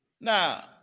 Now